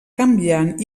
canviant